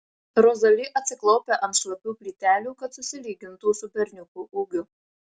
rozali atsiklaupia ant šlapių plytelių kad susilygintų su berniuku ūgiu